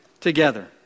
together